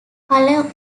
color